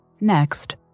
Next